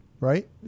Right